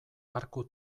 arku